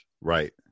right